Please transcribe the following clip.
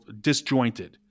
disjointed